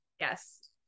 Yes